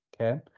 okay